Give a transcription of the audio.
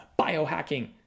biohacking